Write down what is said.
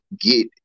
get